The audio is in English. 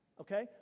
Okay